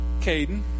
Caden